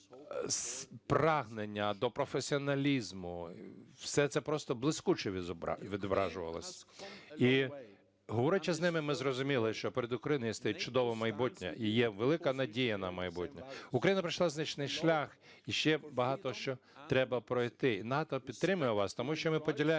все це просто блискуче відображувалось. І, говорячи з ними, ми зрозуміли, що перед Україною стоїть чудове майбутнє і є велика надія на майбутнє. Україна пройшла значний шлях, і ще багато що треба пройти. І НАТО підтримує вас, тому що ми поділяємо одні